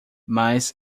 mas